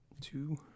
Two